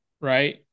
right